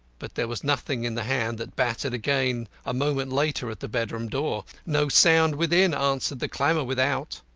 but there was nothing in the hand that battered again a moment later at the bedroom door. no sound within answered the clamour without.